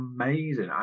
amazing